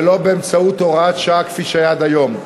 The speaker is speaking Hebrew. ולא‏ באמצעות‏ הוראת‏ שעה,‏ כפי ‏שהיה ‏עד‏ היום.